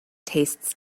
tastes